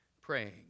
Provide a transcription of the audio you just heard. praying